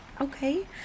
Okay